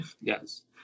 Yes